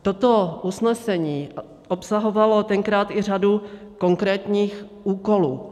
Toto usnesení obsahovalo tenkrát i řadu konkrétních úkolů.